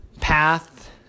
path